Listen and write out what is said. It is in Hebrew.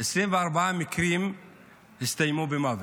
24 מקרים הסתיימו במוות,